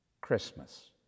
Christmas